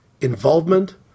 involvement